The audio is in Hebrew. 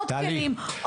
עוד כלים,